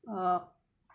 oh